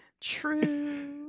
True